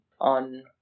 on